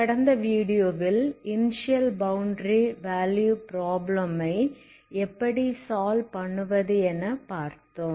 கடந்த வீடியோவில் initial boundary value problem எப்படி சால்வ் பண்ணுவது என பார்த்தோம்